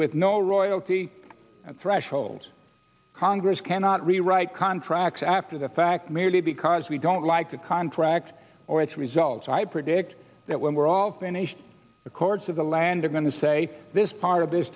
with no royalty threshold congress cannot rewrite contracts after the fact merely because we don't like the contract or its results i predict that when we're all vanished records of the land are going to say this part of this